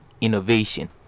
innovation